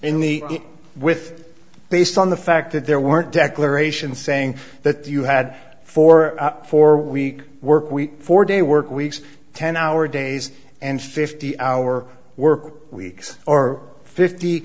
the with based on the fact that there weren't declaration saying that you had for four week work week four day work weeks ten hour days and fifty hour work weeks or fifty